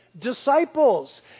disciples